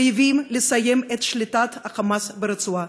חייבים לסיים את שליטת ה"חמאס" ברצועה.